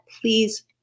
please